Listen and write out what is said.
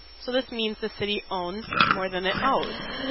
so this means the city owns more than it owes,